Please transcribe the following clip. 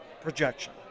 Projection